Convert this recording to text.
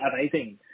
amazing